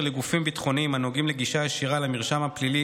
לגופים ביטחוניים הנוגעים לגישה ישירה למרשם הפלילי